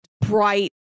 bright